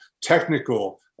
technical